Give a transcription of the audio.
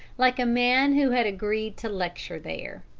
like a man who had agreed to lecture there.